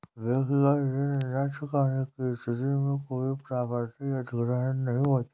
व्यक्तिगत ऋण न चुकाने की स्थिति में कोई प्रॉपर्टी अधिग्रहण नहीं होता